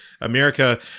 America